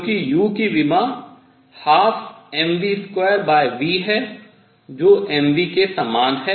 क्योंकि u की विमा 12mv2v है जो mv के समान है